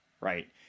right